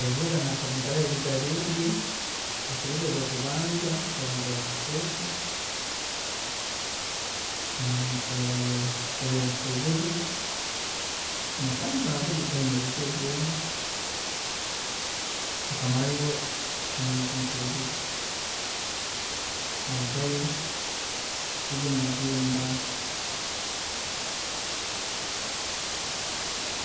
Ebibuga naakabungirahoga ebibuga bingi, ekibuga ekyokubanza nkabungiraho Kasese nari ninkoorrayo ebyobusuubuzi, nasanga harungi tihaine buzibu bwoona, nkamarayo emyeezi nk'ebiri, narugayo naija nagenda